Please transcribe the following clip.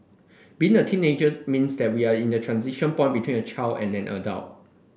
being a teenager means that we're at a transition point between a child and an adult